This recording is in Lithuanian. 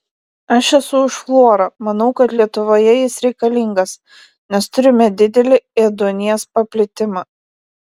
aš esu už fluorą manau kad lietuvoje jis reikalingas nes turime didelį ėduonies paplitimą